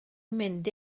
mynd